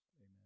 amen